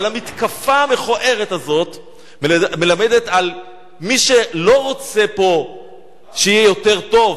אבל המתקפה המכוערת הזאת מלמדת על מי שלא רוצה פה שיהיה יותר טוב,